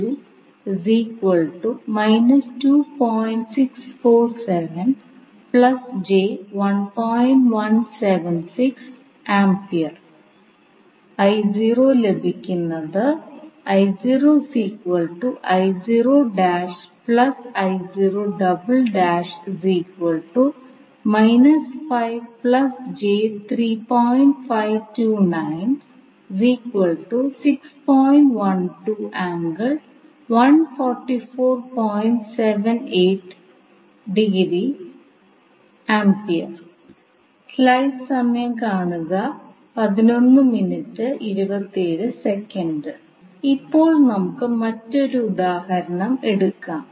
AC സർക്യൂട്ടിന്റെ കാര്യത്തിൽ വിവിധ സർക്യൂട്ട് പാരാമീറ്ററുകൾ കണ്ടെത്താൻ ആവശ്യപ്പെടുമ്പോൾ കെസിഎല്ലും കെവിഎല്ലും എങ്ങനെ ഉപയോഗപ്പെടുത്താമെന്ന് മനസിലാക്കാൻ കുറച്ച് ഉദാഹരണങ്ങൾ നമുക്ക് നോക്കാം